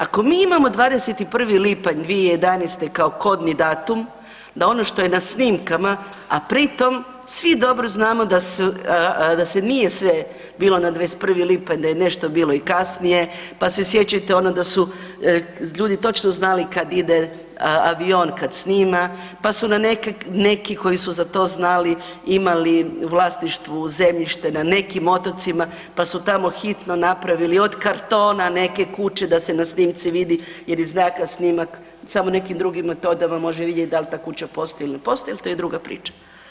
Ako mi imamo 21. lipanj 2011. kao kodni datum, da ono što je na snimkama a pritom svi dobro znamo da se nije sve bilo na 21. lipanj, da je nešto bilo i kasnije pa se sjećate onog da su ljudi točno znali kad ide avion kad snima, pa su neki koji su zato znali, imali u vlasništvu zemljište na nekim otocima, pa su tamo hitno napravili od kartona neke kuće da se na snimci vidi jer iz zraka snimak, samo nekim drugim da vam može vidjet dal ta kuća postoji ili ne postoji, ali to je druga priča.